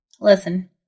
Listen